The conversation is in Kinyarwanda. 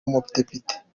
umudepite